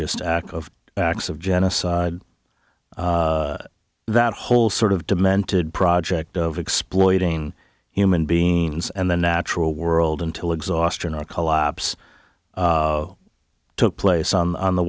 just acts of acts of genocide that whole sort of demented project of exploiting human beings and the natural world until exhaustion or collapse took place on